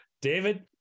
David